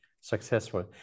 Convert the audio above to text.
successful